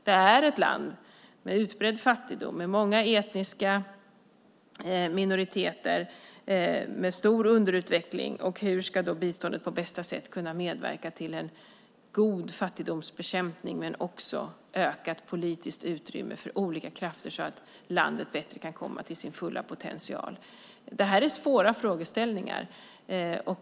Det är ett land med utbredd fattigdom, med många etniska minoriteter och med stor underutveckling. Hur ska då biståndet på bästa sätt kunna medverka till en god fattigdomsbekämpning och till ett ökat politiskt utrymme för olika krafter så att landet bättre kan komma till sin fulla potential? Detta är svåra frågeställningar.